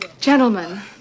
gentlemen